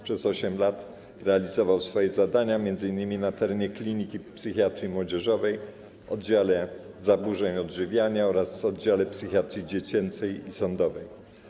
Przez 8 lat realizował swoje zadania m.in. w klinice psychiatrii młodzieżowej, na oddziale zaburzeń odżywiania oraz oddziale psychiatrii dziecięcej i sądowej.